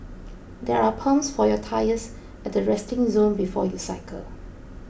there are pumps for your tyres at the resting zone before you cycle